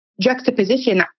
juxtaposition